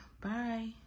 bye